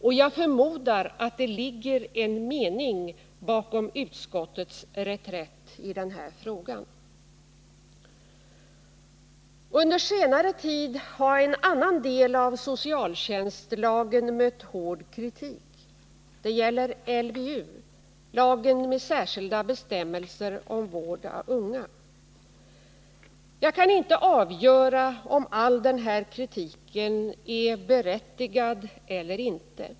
Och jag förmodar att det ligger en mening bakom utskottets reträtt i denna fråga. Under senare tid har en annan del av socialtjänstlagen mött hård kritik, det gäller LVU — lagen med särskilda bestämmelser om vård av unga. Jag kan inte avgöra om all denna kritik är berättigad eller inte.